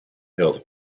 health